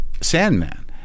Sandman